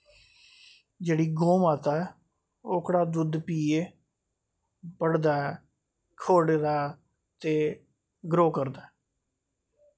जेह्ड़ी गौ माता ऐ ओह्कड़ा दुद्ध पियै बदधा खेढदा ते ग्रो करदा ऐ